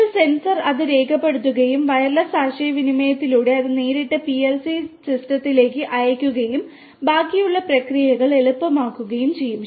നിങ്ങൾക്ക് സെൻസർ അത് രേഖപ്പെടുത്തുകയും വയർലെസ് ആശയവിനിമയത്തിലൂടെ അത് നേരിട്ട് പിഎൽസി സിസ്റ്റത്തിലേക്ക് അയയ്ക്കുകയും ബാക്കിയുള്ള പ്രക്രിയ എളുപ്പമാക്കുകയും ചെയ്യും